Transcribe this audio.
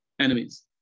enemies